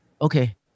Okay